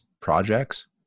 projects